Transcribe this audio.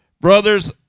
Brothers